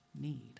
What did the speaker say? need